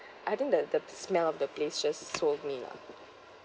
I think the the smell of the place just sold me ah